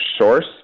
source